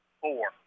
four